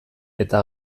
eta